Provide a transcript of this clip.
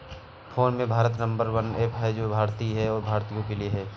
phone पे भारत का number one app है जो की भारतीय है और भारतीयों के लिए है